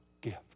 gift